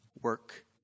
work